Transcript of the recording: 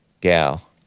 gal